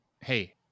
hey